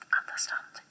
understand